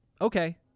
okay